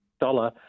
dollar